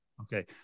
Okay